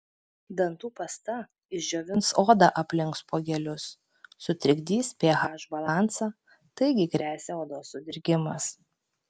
dantų pasta išdžiovins odą aplink spuogelius sutrikdys ph balansą taigi gresia odos sudirgimas